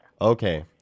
Okay